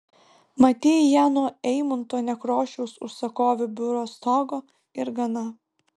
matei ją nuo eimunto nekrošiaus užsakovų biuro stogo ir gana